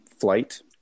flight